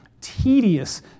tedious